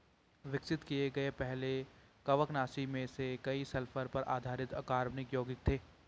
विकसित किए गए पहले कवकनाशी में से कई सल्फर पर आधारित अकार्बनिक यौगिक थे